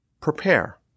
prepare